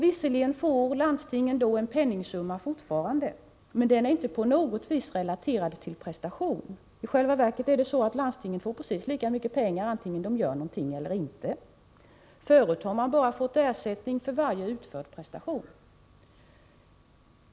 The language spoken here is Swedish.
Visserligen får landstingen fortfarande en penningsumma, men den är inte på något sätt relaterad till prestation. I själva verket får landstingen precis lika mycket pengar vare sig de gör någonting eller inte. Förut har de bara fått ersättning för varje utförd prestation.